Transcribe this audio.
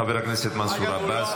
חבר הכנסת מנסור עבאס,